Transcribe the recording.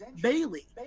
Bailey